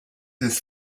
his